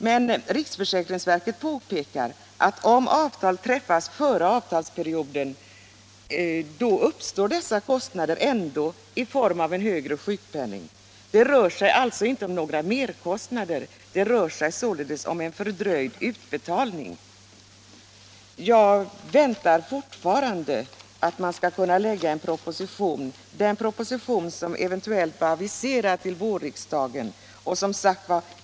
Men riksförsäkringsverket påpekar att om avtal träffas före avtalsperioden uppstår ändå dessa kostnader i form av en högre sjukpenning. Det rör sig alltså inte om några merkostnader utan om en fördröjd utbetalning. Jag väntar fortfarande att man skall kunna framlägga en proposition, den proposition som eventuellt var aviserad till vårriksdagen.